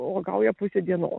uogauja pusę dienos